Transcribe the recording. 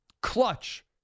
Clutch